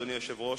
אדוני היושב-ראש,